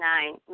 Nine